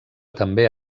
també